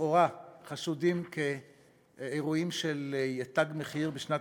שלכאורה חשודים כאירועים של "תג מחיר" בשנת